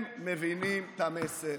הם מבינים את המסר.